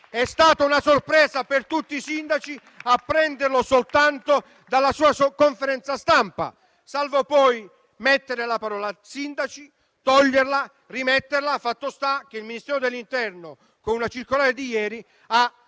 È stata una sorpresa per tutti i sindaci apprenderlo soltanto dalla sua conferenza stampa, salvo poi mettere la parola «sindaci», toglierla, rimetterla. Fatto sta che il Ministro dell'interno, con una circolare di ieri, ha